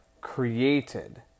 created